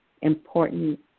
important